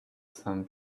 some